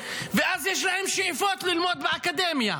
ואז יש להם שאיפות ללמוד באקדמיה.